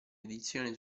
edizioni